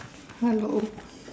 hello